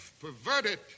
perverted